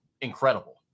incredible